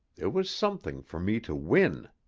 there was something for me to win.